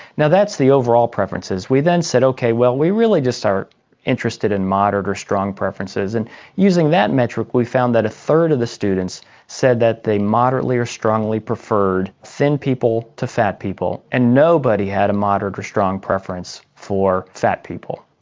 that's the overall preferences. we then said, okay, we really just are interested in moderate or strong preferences, and using that metric we found that a third of the students said that they moderately or strongly preferred thin people to fat people, and nobody had a moderate or strong preference for fat people.